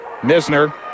Misner